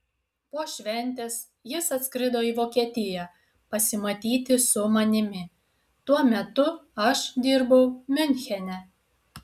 po šventės jis atskrido į vokietiją pasimatyti su manimi tuo metu aš dirbau miunchene